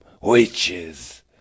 witches